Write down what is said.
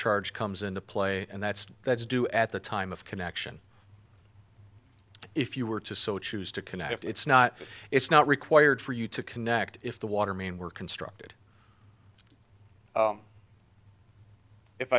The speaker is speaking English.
charge comes into play and that's that's due at the time of connection if you were to so choose to connect it's not it's not required for you to connect if the water main were constructed